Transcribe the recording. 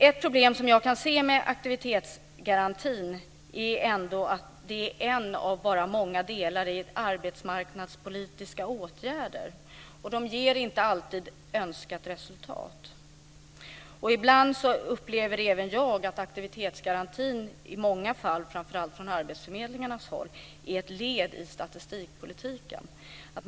Ett problem som jag kan se med aktivitetsgarantin är att den är en av många delar när det gäller arbetsmarknadspolitiska åtgärder, och de ger inte alltid önskat resultat. Jag upplever även att aktivitetsgarantin i många fall är ett led i statistikpolitiken, framför allt från arbetsförmedlingarnas håll.